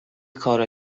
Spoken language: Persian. کارا